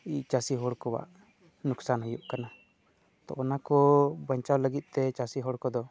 ᱪᱟᱹᱥᱤ ᱦᱚᱲ ᱠᱚᱣᱟᱜ ᱞᱳᱠᱥᱟᱱ ᱦᱩᱭᱩᱜ ᱠᱟᱱᱟ ᱚᱱᱟ ᱠᱚ ᱵᱟᱧᱪᱟᱣ ᱞᱟᱹᱜᱤᱫ ᱛᱮ ᱪᱟᱹᱥᱤ ᱦᱚᱲ ᱠᱚᱫᱚ